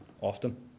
often